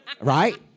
Right